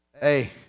hey